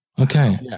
Okay